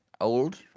Old